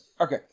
Okay